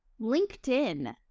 LinkedIn